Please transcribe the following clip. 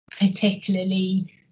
particularly